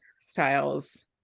styles